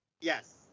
Yes